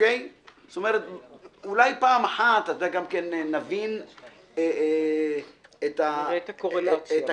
אולי פעם אחת גם כן נבין את --- נראה את הקורלציה בין המחירים.